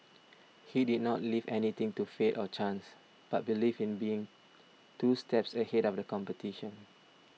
he did not leave anything to faith or chance but believed in being two steps ahead of the competition